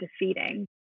defeating